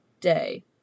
day